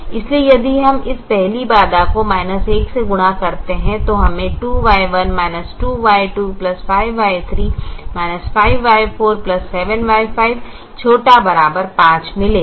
इसलिए यदि हम इस पहली बाधा को 1 से गुणा करते हैं तो हमें 2Y1 2Y25Y3 5Y47Y5 ≤ 5 मिलेगा